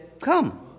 come